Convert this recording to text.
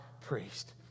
priest